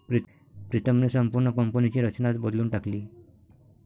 प्रीतमने संपूर्ण कंपनीची रचनाच बदलून टाकली